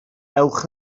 ewch